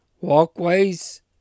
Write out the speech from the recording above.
walkways